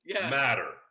matter